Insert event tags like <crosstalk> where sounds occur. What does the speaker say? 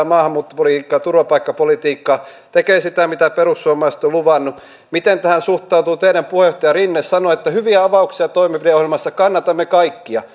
<unintelligible> maahanmuuttopolitiikkaa turvapaikkapolitiikkaa tekee sitä mitä perussuomalaiset ovat luvanneet miten tähän suhtautuu teidän puheenjohtajanne rinne sanoo että hyviä avauksia toimenpideohjelmassa kannatamme kaikkia <unintelligible>